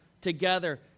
together